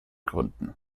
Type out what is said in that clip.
gründen